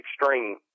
extreme